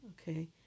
Okay